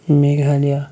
Meghalaya